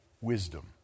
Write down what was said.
wisdom